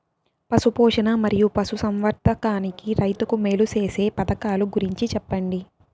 పశు పోషణ మరియు పశు సంవర్థకానికి రైతుకు మేలు సేసే పథకాలు గురించి చెప్పండి?